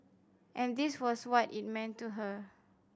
and this was what it meant to her